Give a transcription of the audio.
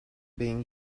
been